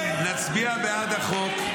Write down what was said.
נצביע בעד החוק,